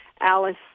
Alice